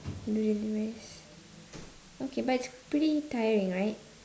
to do the deliveries okay but it's pretty tiring right